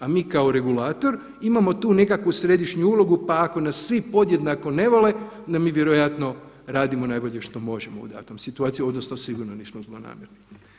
A mi kao regulator imamo tu nekakvu središnju ulogu, pa ako nas svi podjednako ne vole, da mi vjerojatno radimo najbolje što možemo u datoj situaciji, odnosno sigurno nismo zlonamjerni.